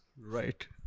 Right